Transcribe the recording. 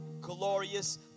glorious